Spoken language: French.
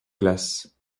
glace